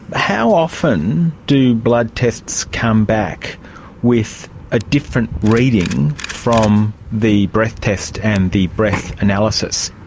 how often do blood tests come back with a different reading from the breath test and the breath analysis?